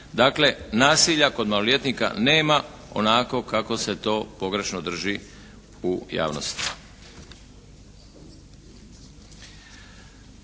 Dakle nasilja kod maloljetnika nema onako kako se to pogrešno drži u javnosti.